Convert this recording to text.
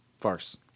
Farce